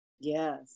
Yes